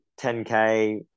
10K